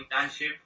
internship